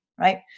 right